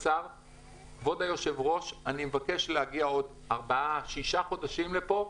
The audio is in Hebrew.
אני מבקש להגיע בעוד ארבעה או שישה חודשים לפה.